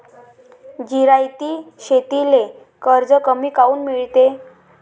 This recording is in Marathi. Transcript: जिरायती शेतीले कर्ज कमी काऊन मिळते?